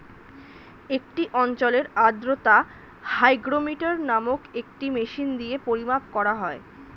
একটি অঞ্চলের আর্দ্রতা হাইগ্রোমিটার নামক একটি মেশিন দিয়ে পরিমাপ করা হয়